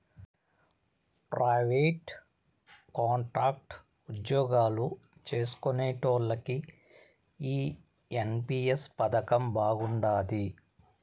private, contract ఉజ్జోగాలు చేస్కునేటోల్లకి ఈ ఎన్.పి.ఎస్ పదకం బాగుండాది